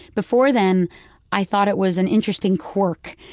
before then i thought it was an interesting quirk.